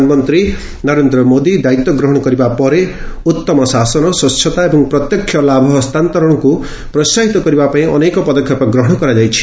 ପ୍ରଧାନମନ୍ତ୍ରୀ ନରେନ୍ଦ୍ର ମୋଦୀ ଦାୟିତ୍ୱ ଗ୍ରହଣ କରିବା ପରେ ଉତ୍ତମ ଶାସନ ସ୍ୱଚ୍ଚତା ଏବଂ ପ୍ରତ୍ୟକ୍ଷ ଲାଭ ହସ୍ତାନ୍ତରଣକୁ ପ୍ରୋସାହିତ କରିବା ପାଇଁ ଅନେକ ପଦକ୍ଷେପ ଗ୍ରହଣ କରାଯାଇଛି